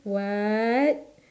what